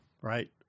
right